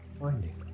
finding